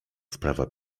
sprawa